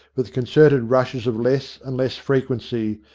with concerted rushes of less and less frequency,